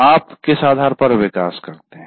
आप किस आधार पर विकास करते हैं